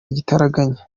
igitaraganya